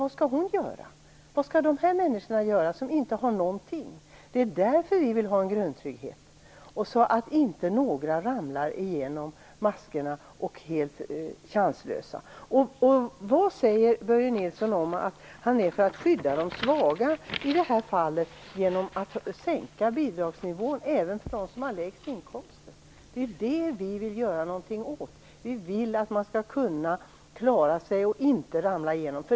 Vad skall hon göra? Vad skall de människor göra som inte har någonting? Det är därför vi vill ha en grundtrygghet, så att inte några ramlar igenom maskorna och blir helt chanslösa. Vad säger Börje Nilsson om att han i det här fallet är för att skydda de svaga genom att sänka bidragsnivån även för dem som har lägst inkomster? Det är detta vi vill göra någonting åt. Vi vill att man skall kunna klara sig och inte ramla igenom.